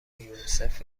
یونیسف